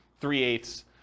three-eighths